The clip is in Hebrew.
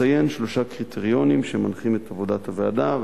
אציין שלושה קריטריונים שמנחים את עבודת הוועדה.